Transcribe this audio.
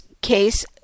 case